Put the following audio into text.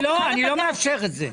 אני לא מאפשר את זה.